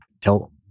tell